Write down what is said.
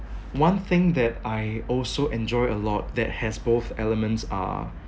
one thing that I also enjoy a lot that has both elements are